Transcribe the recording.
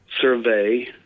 survey